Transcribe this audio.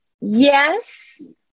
Yes